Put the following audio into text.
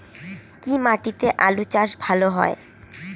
কি মাটিতে আলু চাষ ভালো হয়?